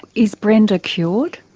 is brenda cured?